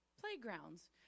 Playgrounds